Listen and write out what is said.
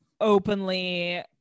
openly